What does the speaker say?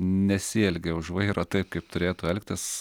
nesielgia už vairo taip kaip turėtų elgtis